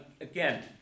again